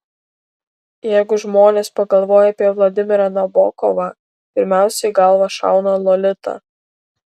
jeigu žmonės pagalvoja apie vladimirą nabokovą pirmiausia į galvą šauna lolita